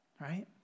right